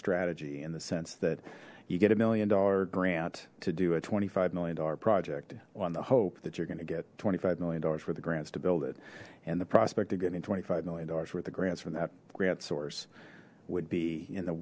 strategy in the sense that you get a million dollar grant to do a twenty five million dollar project on the hope that you're going to get twenty five million dollars for the grants to build it and the prospect of getting twenty five million dollars worth of grants from that grant source would be in the